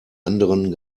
anderen